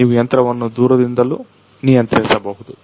ನೀವು ಯಂತ್ರವನ್ನು ದೂರದಿಂದಲೂ ನಿಯಂತ್ರಿಸಬಹುದು